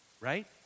Right